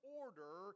order